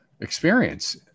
experience